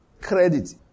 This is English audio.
Credit